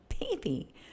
baby